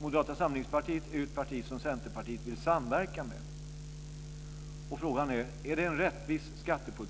Moderata samlingspartiet är ju ett parti som Centerpartiet vill samverka med. Frågan är om det är en rättvis skattepolitik.